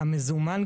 המוזמן,